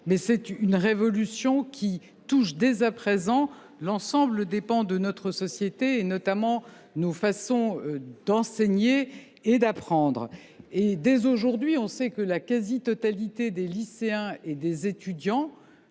mais une révolution qui touche dès à présent l’ensemble de notre société, et notamment nos façons d’enseigner et d’apprendre. Aujourd’hui, nous savons que la quasi totalité des lycéens et des étudiants,